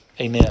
amen